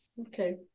Okay